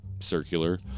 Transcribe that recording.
circular